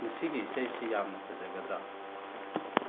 ꯃꯁꯤꯒꯤ ꯏꯁꯩꯁꯤ ꯌꯥꯝꯅ ꯐꯖꯒꯗ꯭ꯔꯥ